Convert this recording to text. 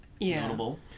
notable